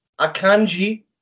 Akanji